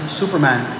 superman